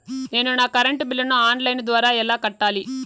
నేను నా కరెంటు బిల్లును ఆన్ లైను ద్వారా ఎలా కట్టాలి?